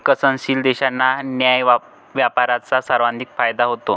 विकसनशील देशांना न्याय्य व्यापाराचा सर्वाधिक फायदा होतो